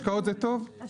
השקעות זה מעולה.